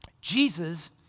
Jesus